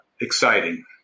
Exciting